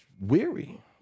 weary